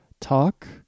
talk